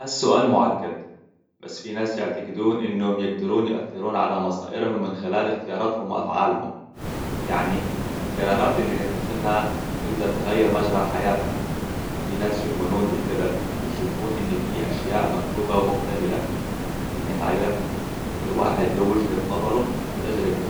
هالسؤال مُعقد، بس فيه ناس يعتقدون إنهم يقدرون يؤثرون على مصائرهم من خلال اختياراتهم وأفعالهم. يعني، القرارات اللي نتخذها تقدر تغير مجرى حياتنا. وفيه ناس يؤمنون بالقدر، يشوفون إن فيه أشياء مكتوبة ومكتملة. في النهاية، كل واحد له وجهة نظره وتجربته.